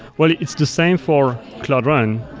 well, it's the same for cloudrun,